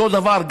אותו דבר,